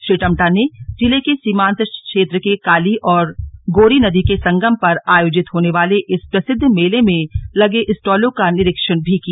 श्री टम्टा ने जिले के सीमांत क्षेत्र के काली और गोरी नदी के संगम पर आयोजित होने वाले इस प्रसिद्ध मेले में लगे स्टालों का निरीक्षण भी किया